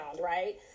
Right